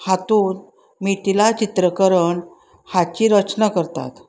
हातूंत मिथिला चित्रकरण हाची रचना करतात